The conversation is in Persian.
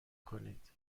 کنید